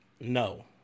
No